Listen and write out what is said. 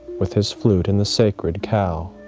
with his flute and the sacred cow,